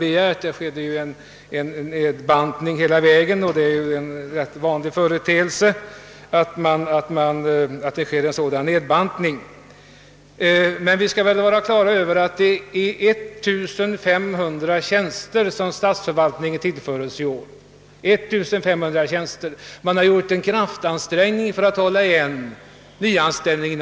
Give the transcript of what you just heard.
Ja, där har det skett en nedbantning hela vägen, vilket ju är en vanlig företeelse i sådana här sammanhang. Men vi skall ha klart för oss att statsförvaltningen i år har tillförts totalt 1 500 tjänster. Man har försökt att hålla igen på alla nyanställningar.